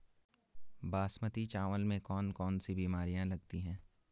बासमती चावल में कौन कौन सी बीमारियां लगती हैं?